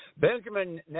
Benjamin